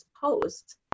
post